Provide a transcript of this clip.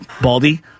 Baldy